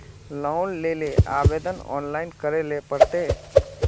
Loan लेले आवेदन online करे ले पड़ते?